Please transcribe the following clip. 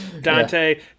Dante